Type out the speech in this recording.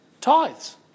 Tithes